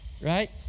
right